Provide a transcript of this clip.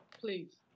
Please